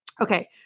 Okay